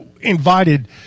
invited